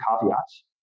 caveats